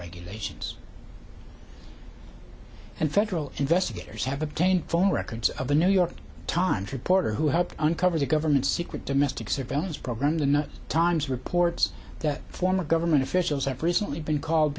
regulations and federal investigators have obtained phone records of the new york times reporter who helped uncover the government's secret domestic surveillance program the not times reports that former government officials have recently been called